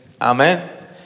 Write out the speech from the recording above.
Amen